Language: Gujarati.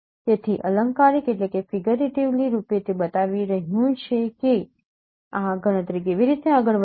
તેથી અલંકારિક રૂપે તે બતાવી રહ્યું છે કે આ ગણતરી કેવી રીતે આગળ વધે છે